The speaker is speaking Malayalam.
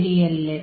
ശരിയല്ലേ